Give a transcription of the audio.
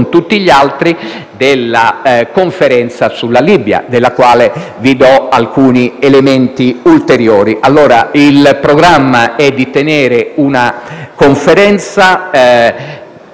tutti gli altri, della Conferenza per la Libia, della quale vi fornisco alcuni elementi ulteriori. Il programma è tenere una Conferenza